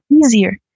easier